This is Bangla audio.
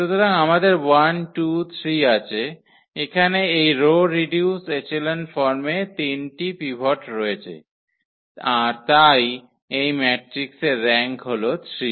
সুতরাং আমাদের 1 2 3 আছে এখানে এই রো রিডিউস এচেলন ফর্মে 3 টি পিভট রয়েছে আর তাই এই ম্যাট্রিক্সের র্যাঙ্ক হল 3